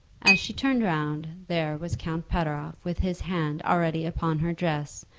as she turned round there was count pateroff with his hand already upon her dress,